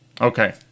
Okay